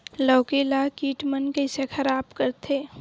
लौकी ला कीट मन कइसे खराब करथे?